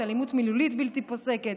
אלימות מילולית בלתי פוסקת,